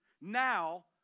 now